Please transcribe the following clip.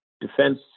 Defense